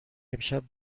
امشب